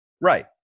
Right